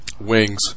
wings